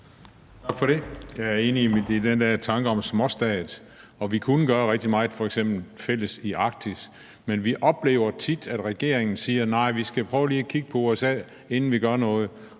Tak for det. Jeg er enig i den der tanke om småstatsmentalitet, og vi kunne gøre rigtig meget fælles f.eks. i Arktis, men vi oplever tit, at regeringen siger: Nej, vi skal prøve lige at kigge på USA, inden vi gør noget.